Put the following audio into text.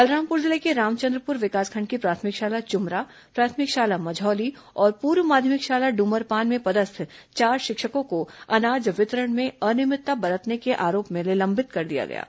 बलरामपुर जिले के रामचंद्रपुर विकासखंड की प्राथमिक शाला चुमरा प्राथमिक शाला मझौली और पूर्व माध्यमिक शाला ड्रमरपान में पदस्थ चार शिक्षकों को अनाज वितरण में अनियमितता बरतने के आरोप में निलंबित किया गया है